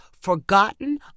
forgotten